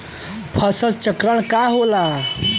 फसल चक्रण का होला?